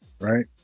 right